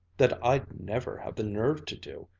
that i'd never have the nerve to do,